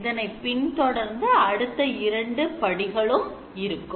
இதனை பின் தொடர்ந்தே அடுத்த 2 படிகளும் இருக்கும்